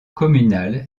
communale